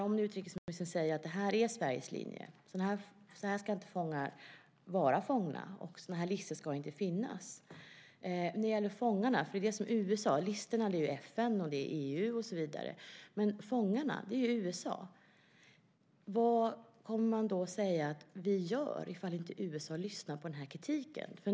Om utrikesministern säger att det här är Sveriges linje, så här ska inte fångar vara fångna och sådana här listor ska inte finnas - det är fångarna som gäller USA, listorna handlar om FN, EU och så vidare - vad kommer man att säga att vi ska göra om inte USA lyssnar på den här kritiken?